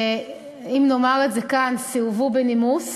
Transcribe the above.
אם נאמר את זה כאן, סירבו בנימוס